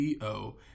.co